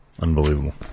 Unbelievable